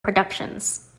productions